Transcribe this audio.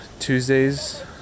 Tuesdays